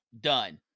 done